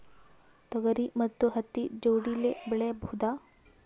ತೊಗರಿ ಮತ್ತು ಹತ್ತಿ ಜೋಡಿಲೇ ಬೆಳೆಯಬಹುದಾ?